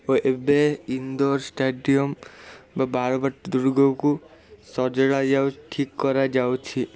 ଓ ଏବେ ଇନ୍ଦୋର ଷ୍ଟାଡ଼ିଅମ୍ ବା ବାରବାଟୀ ଦୁର୍ଗକୁ ସଜଡ଼ା ଯାଉ ଠିକ କରାଯାଉଛି